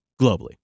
globally